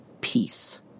peace